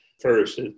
first